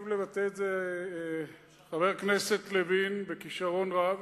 לבטא את זה חבר הכנסת לוין בכשרון רב.